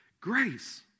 grace